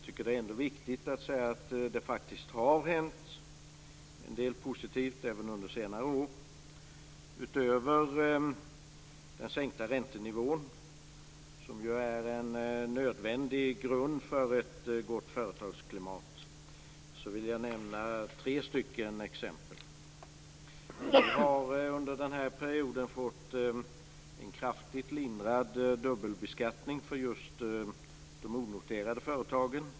Det är ändå viktigt att säga att det har hänt en del positivt även under senare år. Utöver den sänkta räntenivån, som är en nödvändig grund för ett gott företagsklimat, vill jag nämna tre exempel. Vi har under den här perioden fått en kraftigt lindrad dubbelbeskattning för de onoterade företagen.